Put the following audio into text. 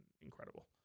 incredible